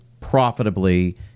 profitably